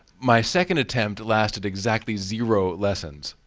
my second attempt lasted exactly zero lessons.